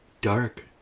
dark